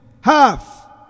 Half